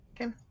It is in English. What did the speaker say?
Okay